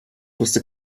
wusste